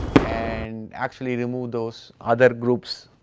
and actually remove those other groups,